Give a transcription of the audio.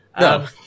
No